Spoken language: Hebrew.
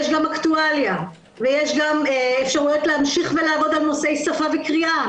יש גם אקטואליה ויש גם אפשרויות להמשיך ולעבוד על נושאי שפה וקריאה.